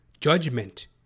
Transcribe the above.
judgment